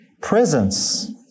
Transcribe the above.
presence